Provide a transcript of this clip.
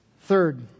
Third